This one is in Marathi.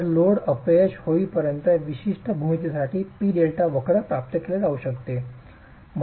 तर लोड अपयश होईपर्यंत विशिष्ट भूमितीसाठी P delta वक्र प्राप्त केले जाऊ शकते